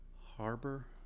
harbor